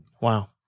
Wow